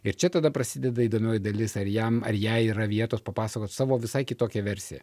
ir čia tada prasideda įdomioji dalis ar jam ar jai yra vietos papasakot savo visai kitokią versiją